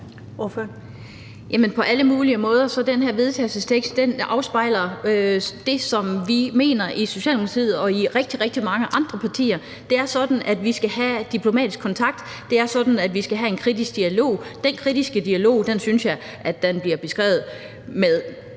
forslag til vedtagelse det, som vi mener i Socialdemokratiet og i rigtig, rigtig mange andre partier. Det er sådan, at vi skal have diplomatisk kontakt, det er sådan, at vi skal have en kritisk dialog, og den kritiske dialog synes jeg bliver beskrevet i